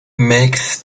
makes